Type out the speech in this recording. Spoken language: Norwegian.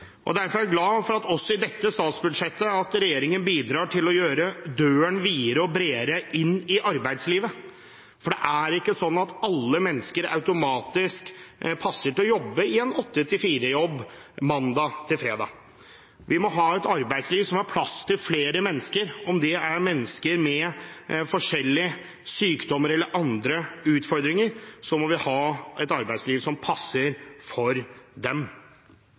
viktig. Derfor er jeg glad for at regjeringen også i dette statsbudsjettet bidrar til å gjøre døren videre og bredere inn i arbeidslivet, for det er ikke sånn at alle mennesker automatisk passer til å jobbe i en 8 til 4-jobb, mandag til fredag. Vi må ha et arbeidsliv som har plass til flere mennesker. Om det er mennesker med forskjellige sykdommer eller andre utfordringer, må vi ha et arbeidsliv som passer for dem.